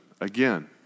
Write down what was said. again